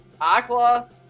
Aqua